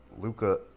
Luca